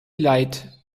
light